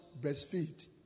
breastfeed